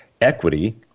equity